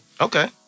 Okay